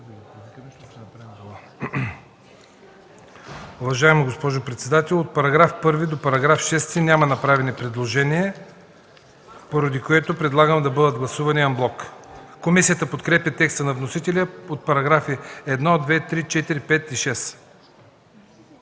Уважаема госпожо председател, от § 1 до § 6 няма направени предложения, поради което предлагам да бъдат гласувани анблок. Комисията подкрепя текста на вносителя за параграфи 1, 2, 3, 4, 5 и 6.